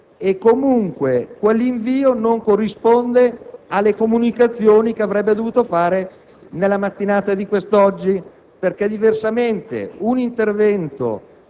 Comunque, quell'invio non corrisponde alle comunicazioni che avrebbe dovuto fare nella mattinata odierna. Diversamente, un intervento